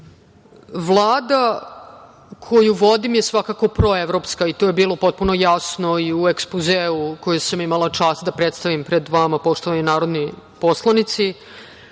koju vodim je svakako proevropska. To je bilo potpuno jasno i u ekspozeu koji sam imala čast da predstavim pred vama poštovani narodni poslanici,